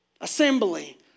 Assembly